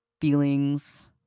feelings